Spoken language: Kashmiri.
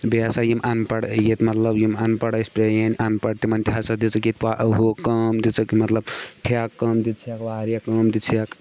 بیٚیہِ ہَسا یِم اَنپَڑ ییٚتہِ مطلب یِم اَنپَڑ ٲسۍ پرٛانۍ اَنپَڑ تِمَن تہِ ہَسا دِژٕکھ ییٚتہِ پا ہُہ کٲم دِژٕکھ مطلب ٹھیکہٕ کٲم دِژہکھ واریاہ کٲم دِژہکھ